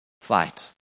Fight